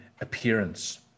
appearance